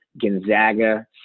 Gonzaga